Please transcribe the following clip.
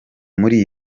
muri